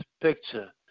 picture